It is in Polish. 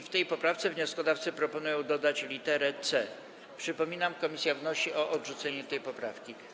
W tej poprawce wnioskodawcy proponują dodać lit. c. Przypominam, że komisja wnosi o odrzucenie tej poprawki.